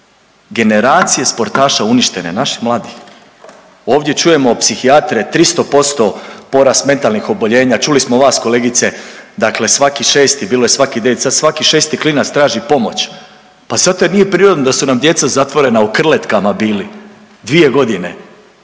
Generacije sportaša uništene, naših mladih. Ovdje čujemo psihijatre 300% porast mentalnih oboljenja, čuli smo vas kolegice dakle svaki šesti, bilo je svaki deveti, sad svaki šesti klinac traži pomoć, pa zato jer nije prirodno da su nam djeca zatvorena u krletkama bili 2 godine.